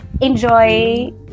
Enjoy